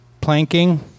Planking